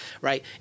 right